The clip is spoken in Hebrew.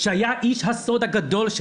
שהיה איש הסוד הגדול שלי,